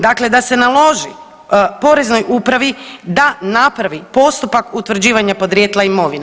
Dakle, da se naloži Poreznoj upravi da napravi postupak utvrđivanja podrijetla imovine.